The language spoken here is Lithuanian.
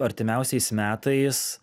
artimiausiais metais